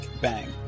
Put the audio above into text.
Bang